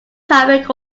traffic